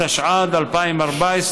התשע"ד 2014,